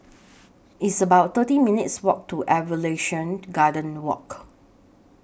It's about thirty minutes' Walk to Evolution Garden Walk